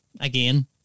again